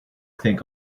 think